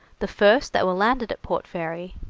the first that were landed at port fairy.